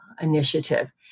initiative